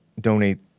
donate